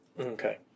Okay